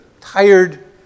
tired